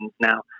now